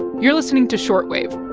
you're listening to short wave